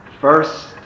first